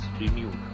renewed